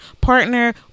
partner